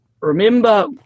remember